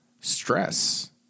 stress